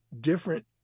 different